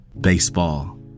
Baseball